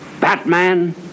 Batman